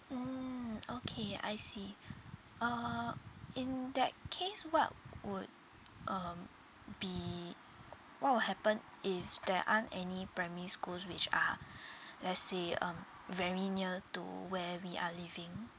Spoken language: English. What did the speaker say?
mm okay I see uh in that case what would um be what will happen if there aren't any primary schools which are let's say um very near to where we are living